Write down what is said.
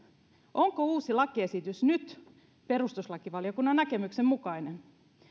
onko uusi lakiesitys nyt perustuslakivaliokunnan näkemyksen mukainen